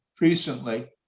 recently